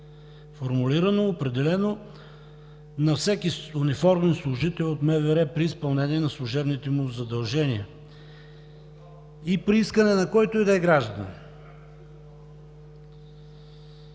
формулирано, определено на всеки униформен служител от МВР при изпълнение на служебните му задължения и при искане на който и да е гражданин.